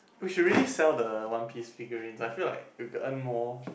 we should really sell the one piece figurine I feel like we could earn more